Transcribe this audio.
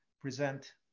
present